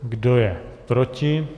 Kdo je proti?